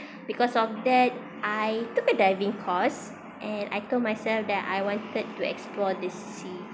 because of that I took a diving course and I told myself that I wanted to explore the sea